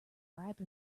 ripe